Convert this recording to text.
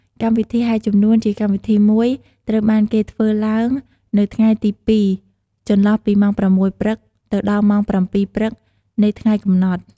កម្មវិធីហែជំនួន ជាកម្មវិធីមួយត្រូវបានគេធ្វើឡើងនៅថ្ងៃទី២ចន្លោះពីម៉ោង៦ព្រឹក ទៅដល់ម៉ោង៧ព្រឹកនៃថ្ងៃកំណត់។